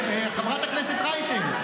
חברת הכנסת רייטן,